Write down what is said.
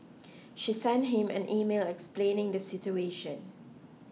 she sent him an email explaining the situation